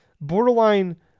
borderline